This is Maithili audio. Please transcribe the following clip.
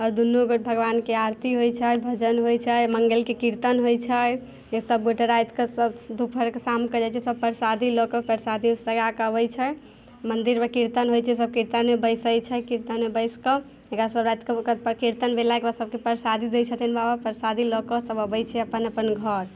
आओर दुनू बेर भगवानके आरती होइ छै भजन होइ छै मङ्गलके कीर्तन होइ छै फेर सब गोटे रातिके सब दुपहरके शामके जाइ छै सब परसादी लऽ कऽ परसादी उत्सर्गा कऽ अबै छै मन्दिरमे कीर्तन होइ छै सब कीर्तनमे बैसै छै कीर्तनमे बैसिकऽ एकरा सब रातिके ओकर कीर्तन भेलाके बाद सबके परसादी दै छथिन बाबा परसादी लऽ कऽ सब अबै छै अपन अपन घर